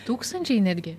tūkstančiai netgi